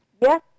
Yes